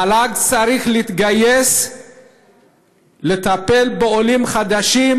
המל"ג צריך להתגייס לטפל בעולים חדשים.